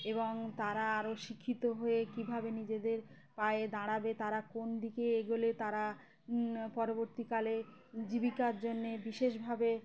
এবং তারা আরও শিক্ষিত হয়ে কীভাবে নিজেদের পায়ে দাঁড়াবে তারা কোন দিকে এগোলে তারা পরবর্তীকালে জীবিকার জন্যে বিশেষভাবে